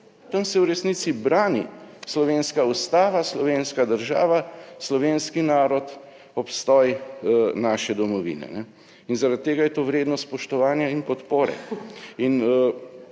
Tam se v resnici brani slovenska Ustava, slovenska država, slovenski narod, obstoj naše domovine in zaradi tega je to vredno spoštovanja in podpore